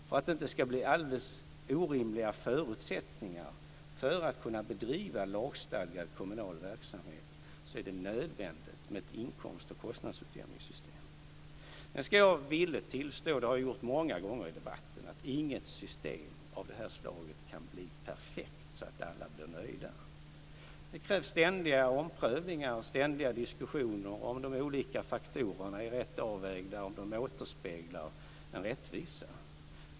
För att det inte ska bli alldeles orimliga förutsättningar när det gäller möjligheterna att bedriva lagstadgad kommunal verksamhet är det nödvändigt med ett inkomst och kostnadsutjämningssystem. Sedan ska jag villigt tillstå - det har jag för övrigt gjort många gånger i debatten - att inget system av det här slaget kan bli så perfekt att alla blir nöjda. Det krävs ständigt omprövningar och diskussioner om de olika faktorerna är rätt avvägda och om de återspeglar en rättvisa.